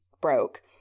broke